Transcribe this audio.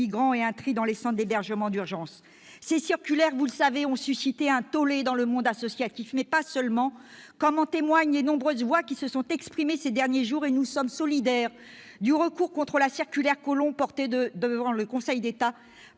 migrants et dans les centres d'hébergement d'urgence. Ces circulaires, vous le savez, ont suscité un tollé dans le monde associatif, mais pas seulement, comme l'illustrent les nombreuses voix qui se sont exprimées ces derniers jours ; et nous sommes solidaires du recours contre la circulaire Collomb porté devant le Conseil d'État